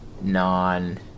non